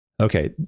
Okay